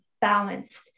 balanced